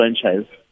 franchise